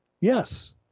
Yes